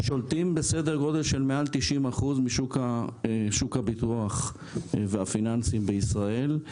שולטים בסדר גודל של מעל כ-90% משוק הביטוח והפיננסים בישראל.